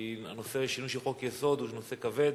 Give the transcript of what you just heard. כי שינוי של חוק-יסוד הוא נושא כבד,